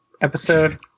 episode